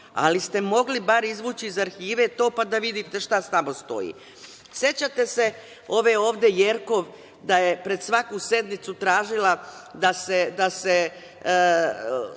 ali ste mogli bar izvući iz arhive to pa da vidite šta tamo stoji.Sećate ove ovde Jerkov da je pred svaku sednicu tražila da ne